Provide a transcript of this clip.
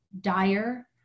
dire